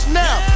now